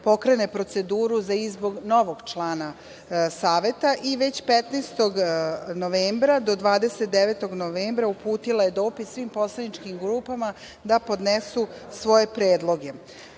pokrene proceduru za izbor novog člana Saveta i već 15. novembra do 29. novembra, uputila je dopis svim poslaničkim grupama da podnesu svoje predloge. Imali